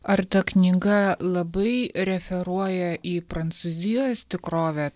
ar ta knyga labai referuoja į prancūzijos tikrovę